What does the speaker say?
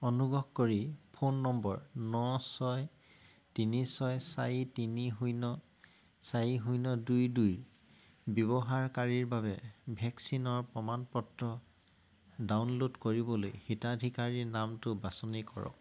অনুগ্ৰহ কৰি phone number ন ছয় তিনি ছয় চাৰি তিনি শূন্য চাৰি শূন্য দুই দুইৰ ব্যৱহাৰকাৰীৰ বাবে ভেকচিনৰ প্ৰমাণ পত্ৰ ডাউনল'ড কৰিবলৈ হিতাধিকাৰীৰ নামটো বাছনি কৰক